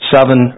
Seven